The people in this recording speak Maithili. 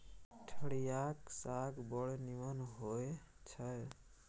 ठढियाक साग बड़ नीमन होए छै